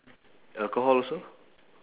alcohol also